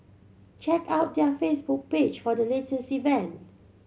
check out their Facebook page for the latest event